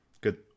Good